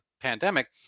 pandemic